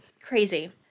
Crazy